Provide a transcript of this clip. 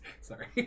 sorry